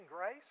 Grace